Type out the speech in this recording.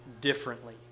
differently